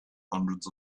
hundreds